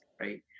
right